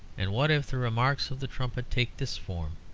and what if the remarks of the trumpet take this form,